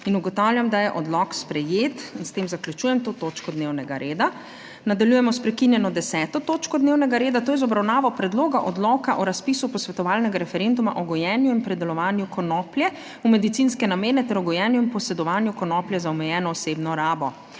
Ugotavljam, da je odlok sprejet. S tem zaključujem to točko dnevnega reda. Nadaljujemo **s prekinjeno 10. točko dnevnega reda, to je z obravnavo Predloga odloka o razpisu posvetovalnega referenduma o gojenju in predelovanju konoplje v medicinske namene ter o gojenju in posedovanju konoplje za omejeno osebno rabo.**